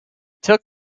took